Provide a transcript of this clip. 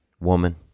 woman